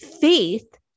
faith